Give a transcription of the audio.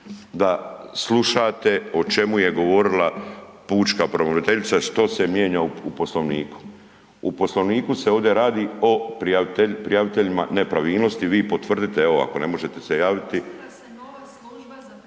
da slušate o čemu je govorila pučka pravobraniteljica što se mijenja u Poslovniku. U Poslovniku se ovdje radi o prijaviteljima nepravilnosti, vi potvrdite, evo ako ne možete se javiti